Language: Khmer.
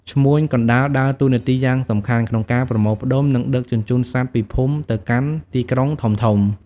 ឈ្មួញកណ្តាល ដើរតួនាទីយ៉ាងសំខាន់ក្នុងការប្រមូលផ្តុំ និងដឹកជញ្ជូនសត្វពីភូមិទៅកាន់ទីក្រុងធំៗ។